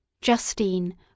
Justine